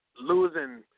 losing